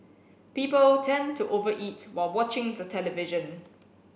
people tend to over eat while watching the television